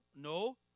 No